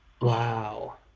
Wow